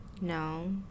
no